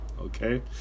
okay